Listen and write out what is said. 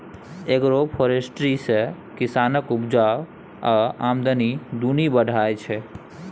agroforestry सँ किसानक उपजा आ आमदनी दुनु बढ़य छै